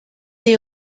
est